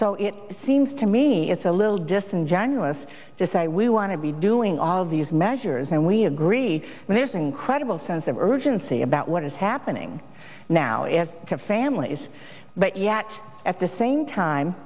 so it seems to me it's a little disingenuous to say we want to be doing all of these measures and we agree there's an incredible sense of urgency about what is happening now is to families but yet at the same time